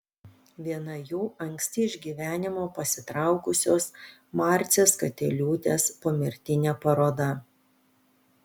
viena jų anksti iš gyvenimo pasitraukusios marcės katiliūtės pomirtinė paroda